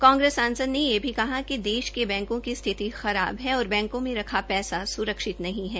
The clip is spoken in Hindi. कांग्रेस सांसद ने यह भी कहा कि बैंकों की स्थिति खराब है और बैंको में रखा पैसा सुरक्षित नही है